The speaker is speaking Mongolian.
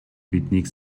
биднийг